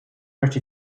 möchte